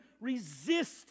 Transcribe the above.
resist